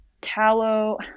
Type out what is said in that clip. tallow